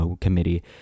committee